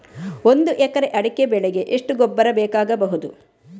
ಒಂದು ಎಕರೆ ಅಡಿಕೆ ಬೆಳೆಗೆ ಎಷ್ಟು ಗೊಬ್ಬರ ಬೇಕಾಗಬಹುದು?